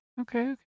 Okay